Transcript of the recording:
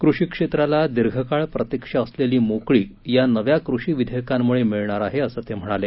कृषी क्षेत्राला दीर्घकाळ प्रतिक्षा असलेली मोकळीक नव्या कृषी विधेयकांमुळे मिळणार आहे असं ते म्हणाले